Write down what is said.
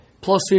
plus